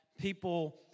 people